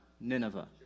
Nineveh